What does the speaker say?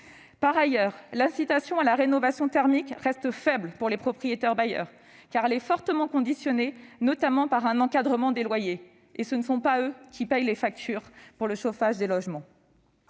Par ailleurs, l'incitation à la rénovation thermique reste faible pour les propriétaires bailleurs, car elle est fortement conditionnée, notamment par un encadrement des loyers. Et ce ne sont pas eux qui paient ensuite les factures de chauffage des logements